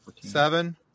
Seven